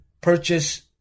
purchase